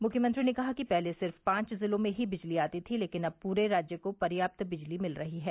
मुख्यमंत्री ने कहा कि पहले सिर्फ पांच जिलों में ही बिजली आती थी लेकिन अब पूरे राज्य को पर्याप्त बिजली मिल रही है